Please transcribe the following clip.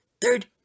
Third